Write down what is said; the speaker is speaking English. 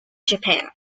japan